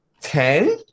Ten